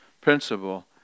principle